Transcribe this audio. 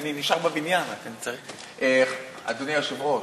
אדוני היושב-ראש,